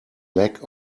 lack